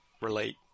relate